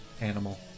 animal